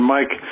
Mike